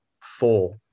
four